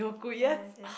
and exists